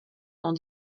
dans